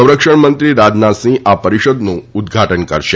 સરંક્ષણ મંત્રી રાજનાથસિંહ આ પરિષદનું ઉદઘાટન કરશે